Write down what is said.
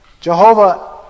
Jehovah